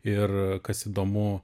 ir kas įdomu